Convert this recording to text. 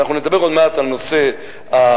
ואנחנו נדבר עוד מעט על נושא הבנייה,